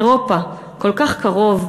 אירופה, כל כך קרוב,